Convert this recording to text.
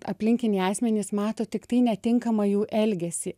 aplinkiniai asmenys mato tiktai netinkamą jų elgesį